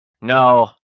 no